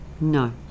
No